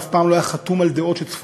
ואף פעם לא היה חתום על דעות צפויות,